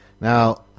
Now